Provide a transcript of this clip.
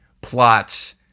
plots